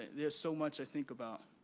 there's so much i think about.